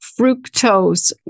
fructose